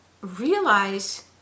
realize